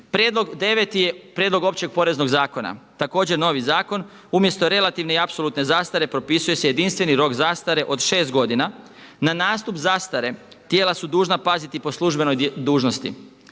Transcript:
Deveti je Prijedlog općeg poreznog zakona. Također novi zakon. Umjesto relativne i apsolutne zastare propisuje se jedinstveni rok zastare od šest godina. Na nastup zastare tijela su dužna paziti po službenoj dužnosti.